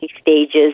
stages